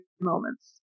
moments